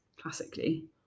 classically